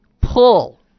pull